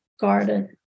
garden